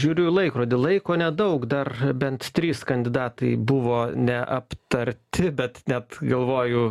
žiūriu į laikrodį laiko nedaug dar bent trys kandidatai buvo neaptarti bet net galvoju